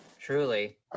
Truly